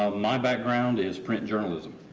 um my background is print journalism.